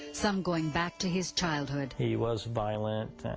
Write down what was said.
some going back to his childhood. he was violent